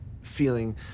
feeling